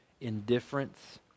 Indifference